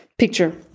picture